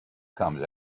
comes